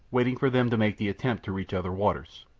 waiting for them to make the attempt to reach other waters.